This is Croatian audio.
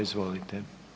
Izvolite.